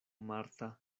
marta